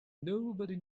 nobody